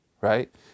right